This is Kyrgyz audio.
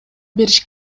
бериш